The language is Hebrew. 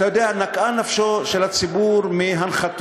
אתה יודע, נקעה נפשו של הציבור מהנחתות.